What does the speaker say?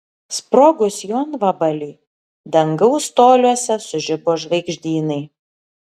sprogus jonvabaliui dangaus toliuose sužibo žvaigždynai